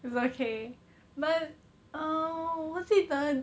is okay but uh 我记得